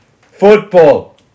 Football